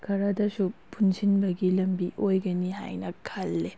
ꯈꯔꯗꯁꯨ ꯄꯨꯟꯁꯤꯟꯕꯒꯤ ꯂꯝꯕꯤ ꯑꯣꯏꯒꯅꯤ ꯍꯥꯏꯅ ꯈꯟꯂꯤ